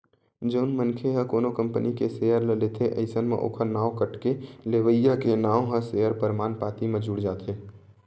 जउन मनखे ह कोनो कंपनी के सेयर ल लेथे अइसन म ओखर नांव कटके लेवइया के नांव ह सेयर परमान पाती म जुड़ जाथे